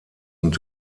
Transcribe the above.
und